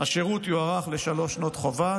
השירות יוארך לשלוש שנות חובה,